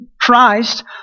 Christ